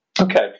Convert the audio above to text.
Okay